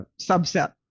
subset